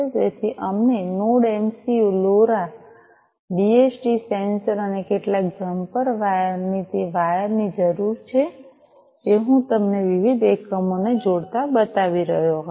તેથી અમને node MCU LoRa DHT sensor અને કેટલાક જમ્પર વાયર ની તે વાયર ની જરૂર છે જે હું તમને વિવિધ એકમોને જોડતા બતાવી રહ્યો હતો